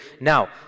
Now